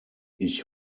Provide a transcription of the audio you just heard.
ich